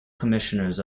commissioners